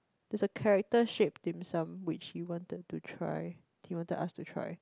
there's a character shaped dimsum which he wanted to try he wanted us to try